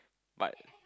but